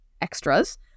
extras